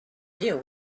deal